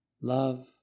love